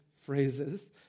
phrases